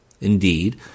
Indeed